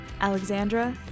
Alexandra